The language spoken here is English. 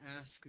ask